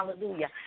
Hallelujah